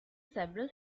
several